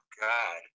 God